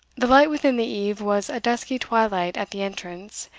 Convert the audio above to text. the light within the eave was a dusky twilight at the entrance,